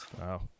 Wow